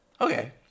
Okay